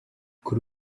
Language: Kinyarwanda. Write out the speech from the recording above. kuri